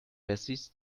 wessis